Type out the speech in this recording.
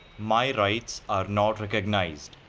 my rights are not recognised